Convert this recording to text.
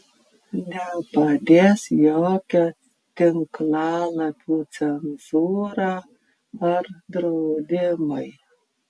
nepadės jokia tinklalapių cenzūra ar draudimai